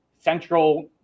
Central